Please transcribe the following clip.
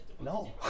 no